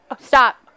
stop